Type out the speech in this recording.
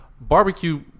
barbecue